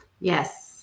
Yes